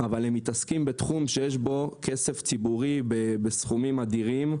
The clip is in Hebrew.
אבל הם מתעסקים בתחום שיש בו כסף ציבורי בסכומים אדירים.